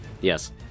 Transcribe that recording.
Yes